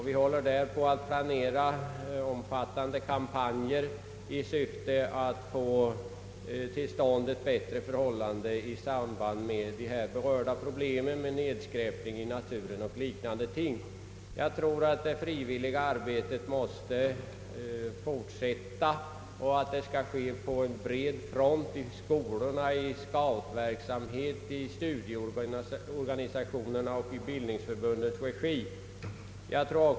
Vi håller där på att planera omfattande kampanjer i syfte att få till stånd bättre förhållanden när det gäller nedskräpningen i naturen och liknande problem. Jag anser att det frivilliga arbetet måste fortsätta och att det skall ske på en bred front — i skolorna, i scoutverksamheten och i studieorganisationernas och bildningsförbundens. regi.